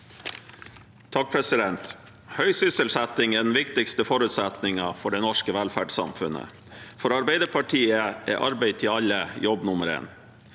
(A) Høy sysselsetting er den viktigste forutsetningen for det norske velferdssamfunnet. For Arbeiderpartiet er arbeid til alle jobb nummer én.